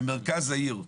במרכז העיר,